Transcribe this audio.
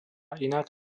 inak